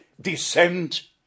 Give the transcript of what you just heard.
descent